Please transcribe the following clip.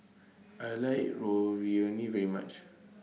I like Ravioli very much